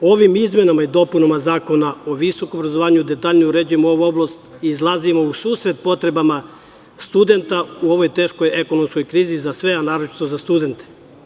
Ovim izmenama i dopunama Zakona o visokom obrazovanju detaljnije uređujemo ovu oblast i izlazimo u susret potrebama studenata u ovoj teškoj ekonomskoj krizi za sve, a naročito za studente.